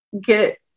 get